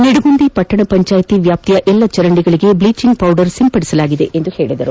ನಿಡಗುಂದಿ ಪಟ್ಟಣ ಪಂಚಾಯಿತಿ ವ್ಯಾಪ್ತಿಯ ಎಲ್ಲ ಚರಂದಿಗಳಿಗೆ ಬೀಚಿಂಗ್ ಪೌಡರ್ ಸಿಂಪಡಿಸಲಾಗಿದೆ ಎಂದು ತಿಳಿಸಿದರು